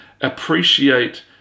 appreciate